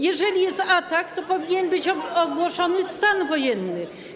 Jeżeli jest atak, to powinien być ogłoszony stan wojenny.